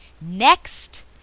next